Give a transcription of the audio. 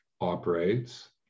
operates